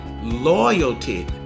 loyalty